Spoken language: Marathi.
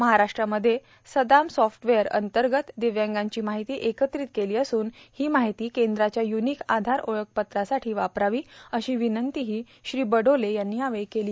महाराष्ट्रामध्ये सदाम सॉफ्टवेअर अंतर्गत दिव्यांगांची माहिती एकत्रित केली असून ही माहिती केंद्राच्या य्निक आधार ओळखपत्रासाठी वापरावी अशी विनंतीही बडोले यांनी यावेळी केली